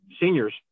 seniors